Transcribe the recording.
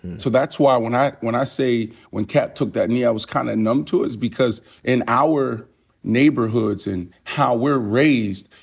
so that's why when i when i say when kap took that knee i was kinda kind of numb to it, is because in our neighborhoods and how we're raised,